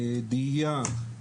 דאייה,